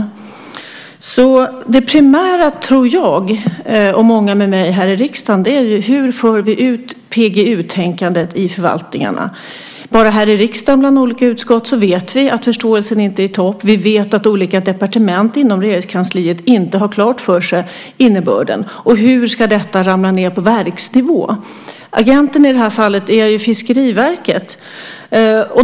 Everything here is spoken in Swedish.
Jag, och många med mig här i riksdagen, tror att det primära är frågan hur vi för ut PGU-tänkandet i förvaltningarna. Vi vet att förståelsen inte är i topp här i riksdagen bland olika utskott. Vi vet att olika departement inom Regeringskansliet inte har innebörden klar för sig. Hur ska detta ramla ned på verksnivå? Agenten i det här fallet är ju Fiskeriverket.